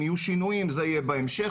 אם יהיו שינויים, זה יהיה בהמשך.